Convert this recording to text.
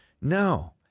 No